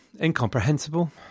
incomprehensible